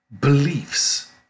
beliefs